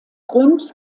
grund